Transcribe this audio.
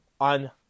on